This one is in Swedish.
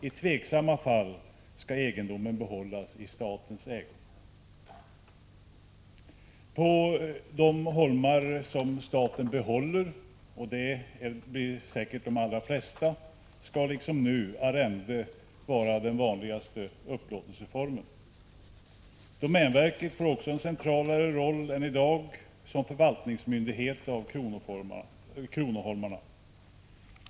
I tveksamma fall skall egendomen behållas i statens ägo. På de holmar som staten behåller — och det blir säkert de allra flesta — skall liksom nu arrende vara den vanligaste upplåtelseformen. Domänverket får en mer central roll än i dag som förvaltningsmyndighet av holmarna.